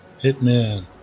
Hitman